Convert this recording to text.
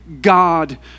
God